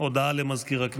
הוראת שעה,